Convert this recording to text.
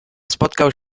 spotkał